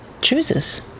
Chooses